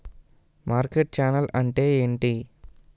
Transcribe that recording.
Market channel అంటే ఏంటి?